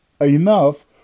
enough